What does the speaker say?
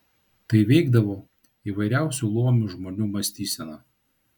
tai veikdavo įvairiausių luomų žmonių mąstyseną